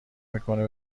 میکنه